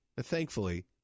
Thankfully